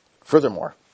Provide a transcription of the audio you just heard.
Furthermore